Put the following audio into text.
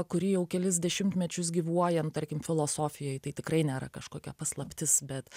kuri jau kelis dešimtmečius gyvuoja nu tarkim filosofijoj tai tikrai nėra kažkokia paslaptis bet